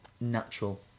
natural